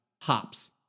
hops